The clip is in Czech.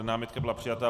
Námitka byla přijata.